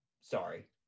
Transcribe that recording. Sorry